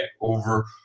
over